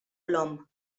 plom